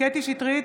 קטי קטרין שטרית,